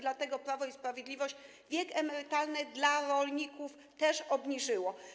Dlatego Prawo i Sprawiedliwość wiek emerytalny dla rolników też obniżyło.